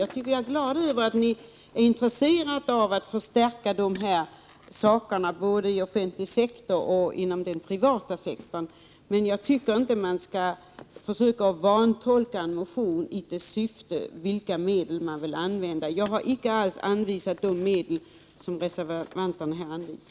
Jag är dock glad över att ni är intresserade av att förstärka dessa saker, 95 både i offentlig sektor och inom den privata sektorn, men jag tycker inte att man skall försöka vantolka en motion i ett syfte som gäller vilka medel man vill använda. Jag har icke alls anvisat de medel som reservanterna här har anvisat.